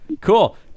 Cool